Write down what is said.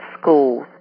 schools